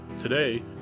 Today